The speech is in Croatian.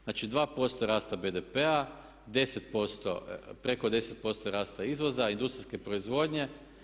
Znači 2% rasta BDP-a, 10%, preko 10% rasta izvoza, industrijske proizvodnje.